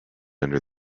under